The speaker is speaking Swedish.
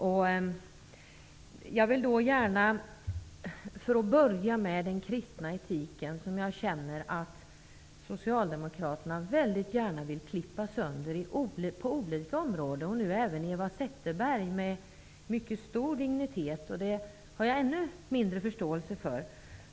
Jag vill till att börja med ta upp den kristna etiken. Jag känner att socialdemokraterna mycket gärna vill klippa sönder denna på olika områden. Det försökte nu även Eva Zetterberg göra med mycket stor emfas. Det har jag ännu mindre förståelse för.